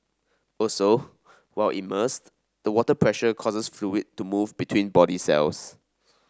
also while immersed the water pressure causes fluid to move between body cells